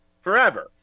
forever